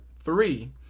three